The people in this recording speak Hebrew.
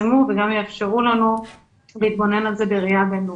יתפרסמו וגם יאפשרו לנו להתבונן על זה בראייה בין-לאומית.